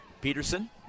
Peterson